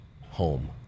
home